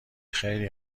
خیلی